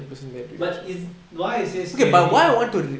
but is why I say scary